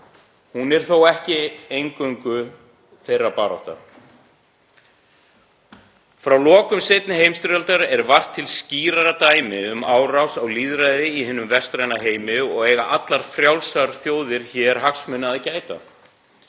Hún er þó ekki eingöngu þeirra barátta. Frá lokum seinni heimsstyrjaldar er vart til skýrara dæmi um árás á lýðræði í hinum vestræna heimi og eiga allar frjálsar þjóðir hér hagsmuna að gæta.